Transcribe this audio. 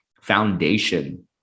foundation